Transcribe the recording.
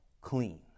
clean